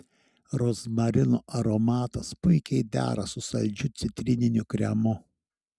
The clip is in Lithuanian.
rozmarinų aromatas puikiai dera su saldžiu citrininiu kremu